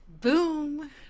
boom